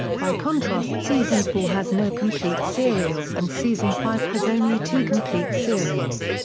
by contrast season four has no complete serials and season five has only two complete serials.